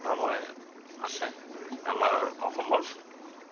ধৰ্মই আছে আমাৰ অসমৰ